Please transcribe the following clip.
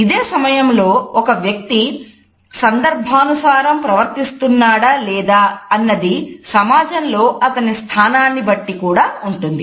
ఇదే సమయంలో ఒక వ్యక్తి సందర్భానుసారం ప్రవర్తిస్తున్నాడా లేదా అన్నది సమాజంలో అతని స్థానాన్ని బట్టి కూడా ఉంటుంది